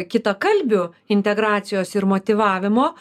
kitakalbių integracijos ir motyvavimo